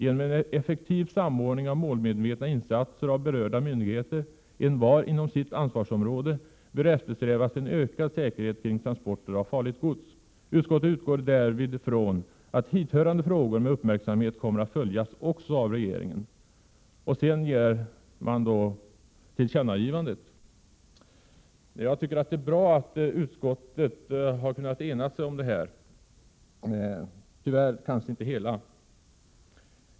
Genom en effektiv samordning av målmedvetna insatser av berörda myndigheter, envar inom sitt ansvarsområde, bör eftersträvas en ökad säkerhet kring transporter av farligt gods. Utskottet utgår därvid från att hithörande frågor med uppmärksamhet kommer att följas också av regeringen.” Sedan begär utskottet, som jag redan sagt, att riksdagen skall göra ett tillkännagivande. Jag tycker att det är bra att utskottet — tyvärr inte hela utskottet — har kunnat enas om detta.